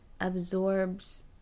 absorbs